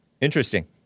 Interesting